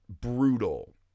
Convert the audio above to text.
brutal